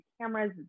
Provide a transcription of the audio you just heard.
cameras